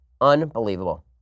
Unbelievable